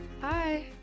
hi